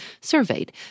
surveyed